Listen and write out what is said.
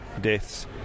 deaths